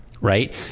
Right